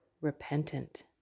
repentant